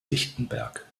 lichtenberg